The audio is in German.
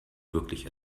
wirklich